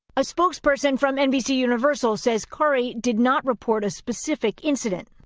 a spokesperson from nbc universal says curry did not report a specific incident,